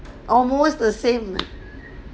almost the same